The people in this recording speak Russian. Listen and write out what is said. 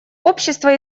общество